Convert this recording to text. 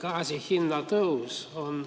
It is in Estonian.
Gaasi hinna tõus on